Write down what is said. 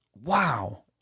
Wow